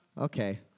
Okay